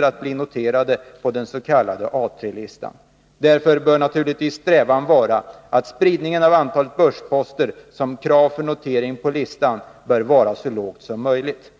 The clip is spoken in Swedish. kan bli noterade på den s.k. A III-listan. Därför bör naturligtvis strävan vara att spridningen av antalet börsposter som krav för notering på listan bör vara så låg som möjligt.